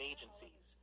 Agencies